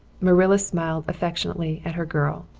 marilla smiled affectionately at her girl.